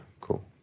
cool